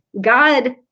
God